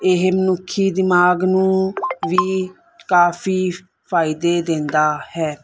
ਇਹ ਮਨੁੱਖੀ ਦਿਮਾਗ ਨੂੰ ਵੀ ਕਾਫੀ ਫਾਇਦੇ ਦਿੰਦਾ ਹੈ